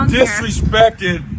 disrespected